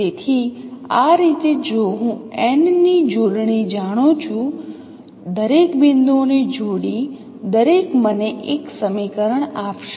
તેથી આ રીતે જો હું n ની જોડણી જાણું છું દરેક બિંદુઓની જોડી દરેક મને એક સમીકરણ આપશે